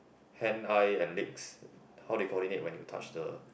hand eye and legs how they coordinate when you touch the